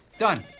done.